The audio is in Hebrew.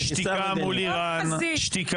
שתיקה מול איראן,